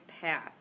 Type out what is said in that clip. path